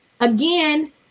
again